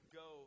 go